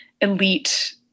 elite